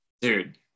Dude